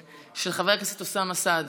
חבר הכנסת אוסאמה סעדי.